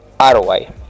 roi